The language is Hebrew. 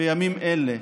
בימים אלה,